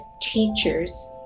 teachers